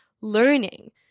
learning